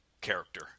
character